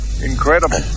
Incredible